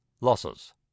Losses